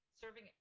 Serving